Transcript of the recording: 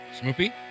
Smoopy